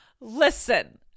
Listen